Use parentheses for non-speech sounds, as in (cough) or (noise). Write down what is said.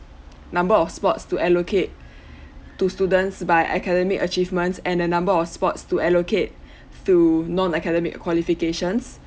number of sports to allocate (breath) to students by academic achievements and a number of sports to allocate through non academic qualifications